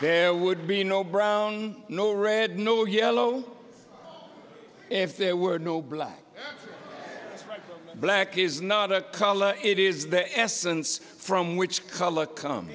there would be no brown no red no yellow if there were no black black is not a color it is the essence from which color come